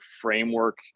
framework